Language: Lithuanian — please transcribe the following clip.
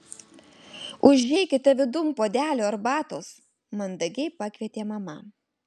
užeikite vidun puodelio arbatos mandagiai pakvietė mama